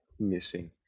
missing